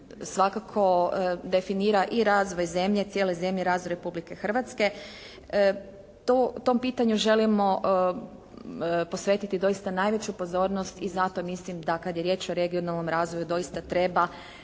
svakako definira i razvoj zemlje, cijele zemlje, razvoj Republike Hrvatske, tom pitanju želimo posvetiti doista najveću pozornost i zato mislim da kada je riječ o regionalnom razvoju doista treba